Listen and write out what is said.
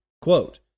Quote